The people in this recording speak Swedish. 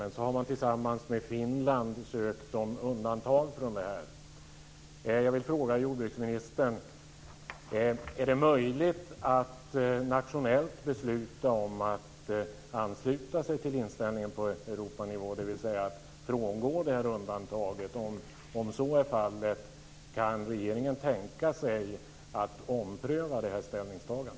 Tillsammans med Finland har man vidare ansökt om undantag från gällande regler. Jag vill fråga jordbruksministern: Är det möjligt att nationellt besluta om att ansluta sig till den inställning som finns på Europanivå, dvs. att vi ska frångå undantaget? Kan regeringen alltså tänka sig att ompröva sitt ställningstagande?